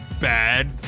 Bad